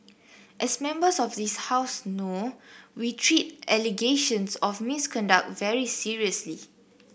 as Members of this House know we treat allegations of misconduct very seriously